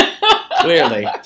Clearly